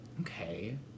Okay